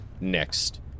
next